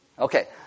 Okay